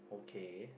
okay